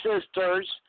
sisters